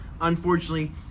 unfortunately